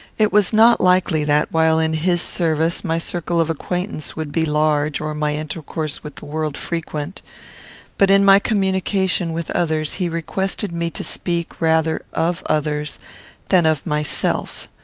it was not likely that, while in his service, my circle of acquaintance would be large or my intercourse with the world frequent but in my communication with others he requested me to speak rather of others than of myself.